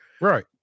Right